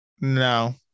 no